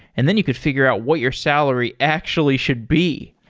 and then you could figure out what your salary actually should be.